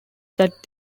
that